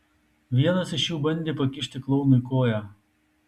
vienas iš jų bandė pakišti klounui koją